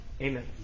Amen